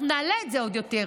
אנחנו נעלה את זה עוד יותר.